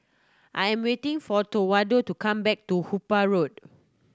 I'm waiting for Towanda to come back to Hooper Road